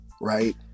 right